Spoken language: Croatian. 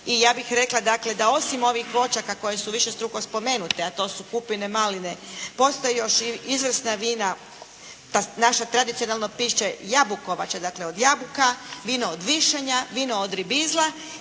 I ja bih rekla da dakle osim ovih voćaka koje su višestruko spomenute a to su kupine, maline postoje još izvrsna vina, naše tradicionalno piće jabukovača dakle od jabuka, vino od višanja, vino od ribizla.